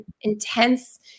intense